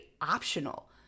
optional